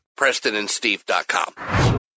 PrestonandSteve.com